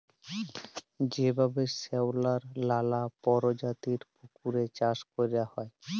যেভাবে শেঁওলার লালা পরজাতির পুকুরে চাষ ক্যরা হ্যয়